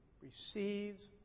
receives